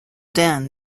den